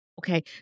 Okay